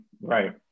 Right